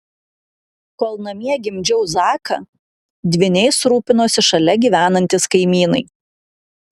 kol namie gimdžiau zaką dvyniais rūpinosi šalia gyvenantys kaimynai